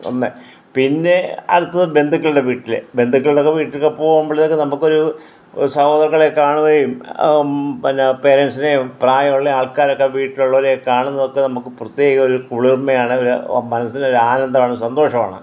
ഒന്ന് പിന്നെ അടുത്തത് ബന്ധുക്കളുടെ വീട്ടില് ബന്ധുക്കളുടെയൊക്കെ വീട്ടിലൊക്കെ പോകുമ്പോള് നമുക്കൊരു സഹോദരങ്ങളെ കാണുകയും പിന്നെ പരെൻ്റ്സിനേയും പ്രായമുള്ള ആൾക്കാരെയൊക്കെ വീട്ടിലുള്ളവരെയൊക്കെ കാണുന്നതൊക്കെ നമുക്ക് പ്രത്യേകമൊരു കുളിർമയാണ് മനസിനൊരാനന്ദമാണ് സന്തോഷമാണ്